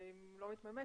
שאם לא מתממש,